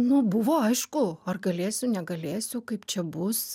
nu buvo aišku ar galėsiu negalėsiu kaip čia bus